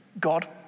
God